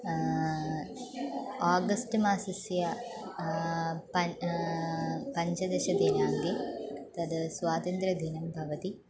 August मासस्य पञ्चदशदिनाङ्के तत् स्वातन्त्र्यदिनं भवति